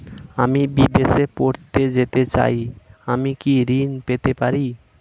আমি বিদেশে পড়তে যেতে চাই আমি কি ঋণ পেতে পারি?